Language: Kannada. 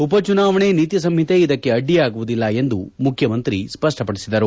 ಉಪ ಚುನಾವಣೆ ನೀತಿ ಸಂಹಿತೆ ಇದಕ್ಕೆ ಅಡ್ಡಿಯಾಗುವುದಿಲ್ಲ ಎಂದು ಮುಖ್ಯಮಂತ್ರಿ ಸ್ಪಷ್ಟಪಡಿಸಿದರು